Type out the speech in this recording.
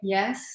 Yes